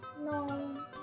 No